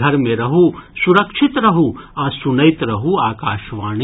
घर मे रहू सुरक्षित रहू आ सुनैत रहू आकाशवाणी